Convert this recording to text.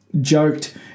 joked